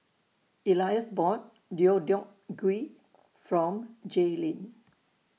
Elias bought Deodeok Gui from Jaylynn